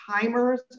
timers